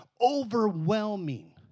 overwhelming